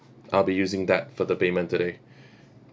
I'll be using that for the payment today